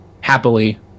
happily